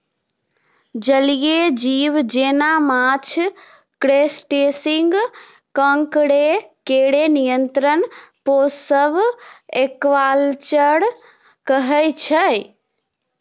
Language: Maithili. जलीय जीब जेना माछ, क्रस्टेशियंस, काँकोर केर नियंत्रित पोसब एक्वाकल्चर कहय छै